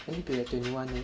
twenty one leh